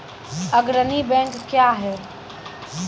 अग्रणी बैंक क्या हैं?